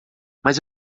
mas